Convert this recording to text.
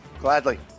Gladly